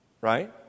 Right